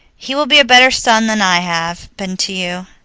he will be a better son than i have been to you.